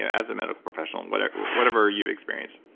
and as a medical professional, and but whatever you've experienced,